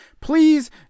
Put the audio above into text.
please